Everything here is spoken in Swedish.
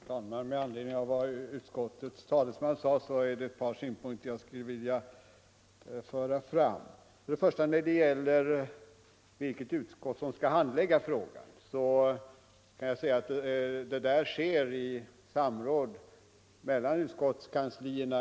Herr talman! Med anledning av vad utskottets talesman sade vill jag framföra några synpunkter. När det gäller vilket utskott som skall handlägga en fråga i fall som detta kan jag säga att det avgörs i samråd mellan utskottskanslierna.